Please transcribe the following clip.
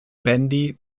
bandy